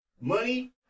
money